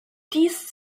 dies